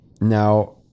Now